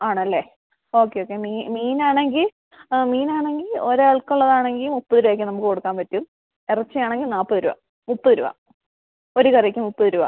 ആണല്ലേ okay okay മീനാണെങ്കിൽ മീനാണെങ്കിൽ ഒരാൾക്കുള്ളതാണെങ്കിൽ മുപ്പത് രൂപയ്ക്ക് നമുക്ക് കൊടുക്കാൻ പറ്റും ഇറച്ചിയാണെങ്കിൽ നാൽപത് രൂപ മുപ്പത് രൂപ ഒരു കറിക്ക് മുപ്പത് രൂപ